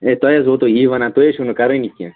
ہے تۄہہِ حظ ووٚتوٕ یی وَنان تُہۍ حظ چھُو نہٕ کَرانٕے کیٚنٛہہ